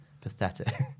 Pathetic